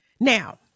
Now